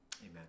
Amen